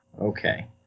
okay